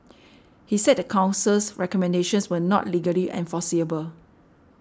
he said the Council's recommendations were not legally enforceable